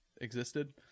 existed